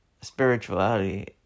Spirituality